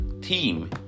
team